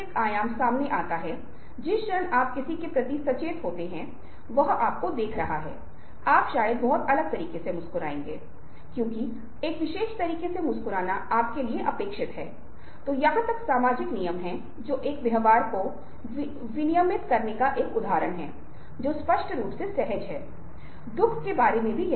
हम अपने जीवन भर ऐसा करने की कोशिश कर रहे हैं लेकिन फिर आप पाते हैं कि यह डिग्री का सवाल है यह प्रामाणिकता का सवाल है जिसे हम इन दिनों के गंभीर अनुनय के रूप में समझ सकते हैं जो कि दिन प्रतिदिन के उत्पीड़न के कार्यों से है और उससे अलग कर सकता है इसे हेरफेर कह सकता है